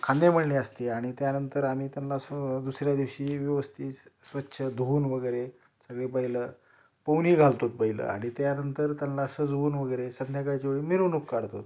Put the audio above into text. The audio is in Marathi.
खांदेमळणी असते आणि त्यानंतर आम्ही त्यांना स दुसऱ्या दिवशी व्यवस्थित स्वच्छ धुवून वगैरे सगळे बैलं पोहणी घालतो पहिलं आणि त्यानंतर त्यांना सजवून वगैरे संध्याकाळच्या वेळी मिरवणूक काढतो